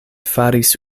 faris